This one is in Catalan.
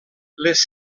les